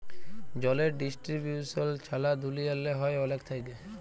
জলের ডিস্টিরিবিউশল ছারা দুলিয়াল্লে হ্যয় অলেক থ্যাইকে